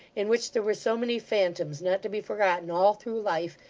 in which there were so many phantoms, not to be forgotten all through life,